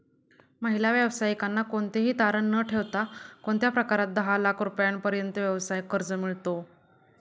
महिला व्यावसायिकांना कोणतेही तारण न ठेवता कोणत्या प्रकारात दहा लाख रुपयांपर्यंतचे व्यवसाय कर्ज मिळतो?